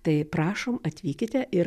tai prašom atvykite ir